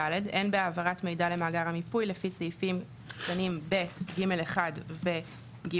(ד) אין בעברת מידע למאגר המיפוי לפי סעיפים קטנים (ב) ו-(ג)(1) ו-(3)